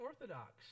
orthodox